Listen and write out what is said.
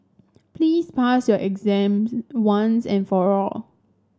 please pass your exam once and for all